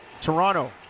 Toronto